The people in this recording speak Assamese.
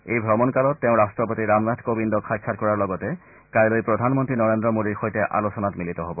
এই ভ্ৰমণকালত তেওঁ ৰাট্টপতি ৰামনাথ কোবিন্দক সাক্ষাৎ কৰাৰ লগতে কাইলৈ প্ৰধানমন্ত্ৰী নৰেন্দ্ৰ মোডীৰ সৈতে আলোচনাত মিলিত হ'ব